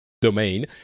domain